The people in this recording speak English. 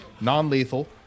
Non-lethal